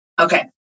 Okay